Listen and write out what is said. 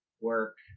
Work